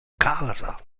casa